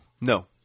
No